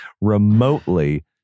remotely